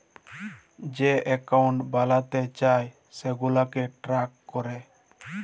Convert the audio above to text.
যে একাউল্ট বালাতে চায় সেগুলাকে ট্র্যাক ক্যরে